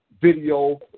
video